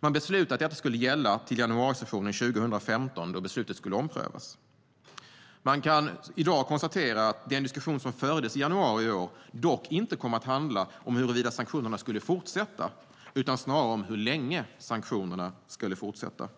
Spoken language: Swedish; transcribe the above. Man beslutade att detta skulle gälla till januarisessionen 2015, då beslutet skulle omprövas. Man kan i dag konstatera att den diskussion som fördes i januari i år dock inte kom att handla om huruvida sanktionerna skulle fortsätta, utan snarare om hur länge sanktionerna skulle fortsätta.